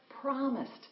promised